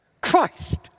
Christ